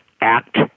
act